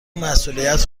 مسئولیت